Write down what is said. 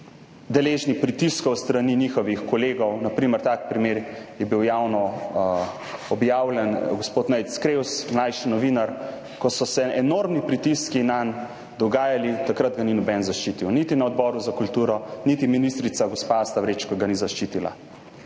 deležni pritiskov s strani svojih kolegov – tak primer je bil javno objavljen, gospod Nejc Krevs, mlajši novinar, ko so se enormni pritiski nanj dogajali, takrat ga ni nihče zaščitil, niti na Odboru za kulturo niti ministrica gospa Asta Vrečko ga ni zaščitila